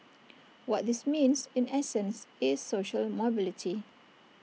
what this means in essence is social mobility